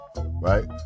Right